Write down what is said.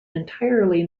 entirely